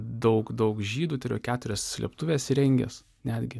daug daug žydų turėjo keturias slėptuves įrengęs netgi